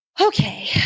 Okay